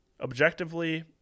objectively